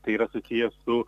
tai yra susiję su